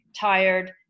tired